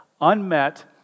unmet